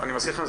אני מזכיר לכם,